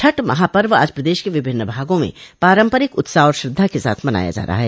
छठ महापर्व आज प्रदेश के विभिन्न भागों में पारंपरिक उत्साह और श्रद्धा के साथ मनाया जा रहा है